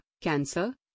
cancer